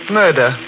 murder